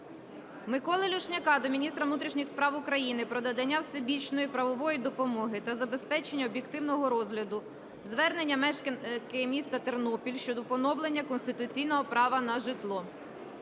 Миколи Люшняка до міністра внутрішніх справ України про надання всебічної правової допомоги та забезпечення об'єктивного розгляду звернення мешканки міста Тернопіль щодо поновлення конституційного права на житло.